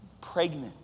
pregnant